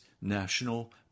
National